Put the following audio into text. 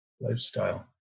lifestyle